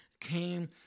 came